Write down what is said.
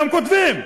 וגם כותבים: